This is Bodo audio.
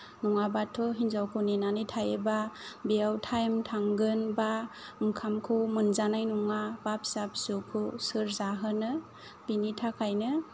नङाबाथ' हिनजावखौ नेनानै थायोबा बेयाव टाइम थांगोन एबा ओंखामखौ मोनजानाय नङा एबा फिसा फिसौखौ सोर जाहोनो बिनि थाखायनो